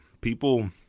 people